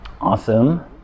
awesome